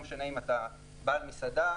ולא משנה אם אתה בעל מסעדה,